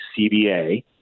CBA